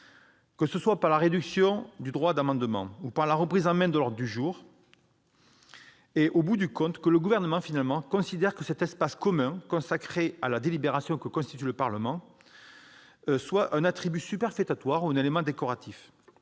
Parlement par la réduction du droit d'amendement ou par la reprise en main de l'ordre du jour. Au bout du compte, le Gouvernement considère que cet espace commun consacré à la délibération que constitue le Parlement est un attribut superfétatoire ou un élément décoratif.